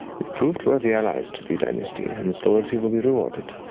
you've proved worthy allies to the dynasty and this loyalty will be rewarded.